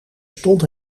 stond